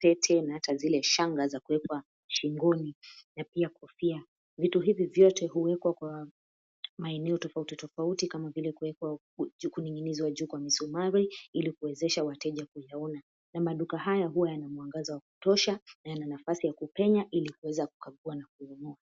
pete na ata zile shanga za kuwekwa shingoni na pia kofia. Vitu hivi vyote huwekwa kwa maeneo tofauti tofauti kama vile kuwekwa kuning'inizwa juu kwa misumari ili kuwezesha wateja kuyaona, na maduka haya huwa yana mwangaza wa kutosha na nafasi ya kupenya ili kuweza kukagua na kununua.